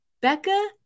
Becca